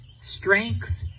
Strength